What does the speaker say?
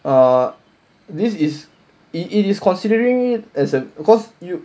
uh this is it it is considering it as an because you